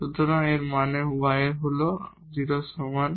সুতরাং এর মানে y হল 0 এর সমান